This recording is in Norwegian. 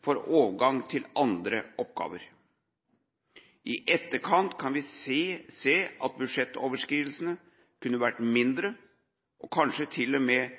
for overgang til andre oppgaver. I etterkant kan vi se at budsjettoverskridelsene kunne vært mindre, og kanskje til og med